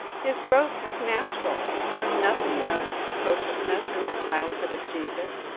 his growth was natural. there was nothing of precociousness in the childhood of jesus.